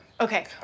Okay